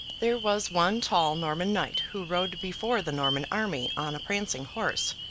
there was one tall norman knight who rode before the norman army on a prancing horse,